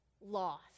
loss